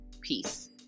Peace